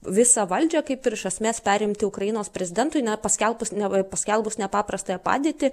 visą valdžią kaip iš esmės perimti ukrainos prezidentui na paskelbus neva paskelbus nepaprastąją padėtį